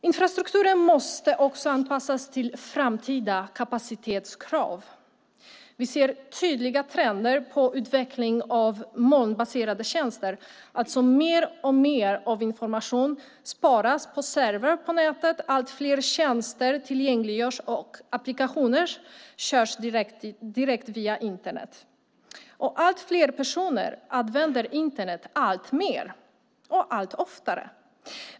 Infrastrukturen måste också anpassas till framtida kapacitetskrav. Vi ser tydliga trender på utveckling av målbaserade tjänster, det vill säga mer och mer av information sparas på servrar på nätet, allt fler tjänster tillgängliggörs och applikationer körs direkt via Internet. Allt fler personer använder Internet alltmer och allt oftare.